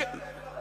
תן לי לסיים משפט.